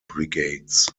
brigades